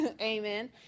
Amen